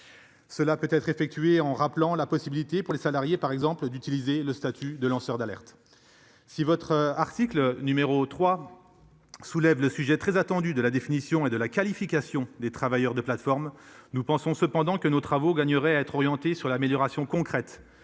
Cela peut être effectué en rappelant la possibilité pour les salariés par exemple d'utiliser le statut de lanceur d'alerte. Si votre article numéro 3. Soulève le sujet très attendue de la définition et de la qualification des travailleurs des plateformes nous pensons cependant que nos travaux gagnerait à être orientée sur l'amélioration concrète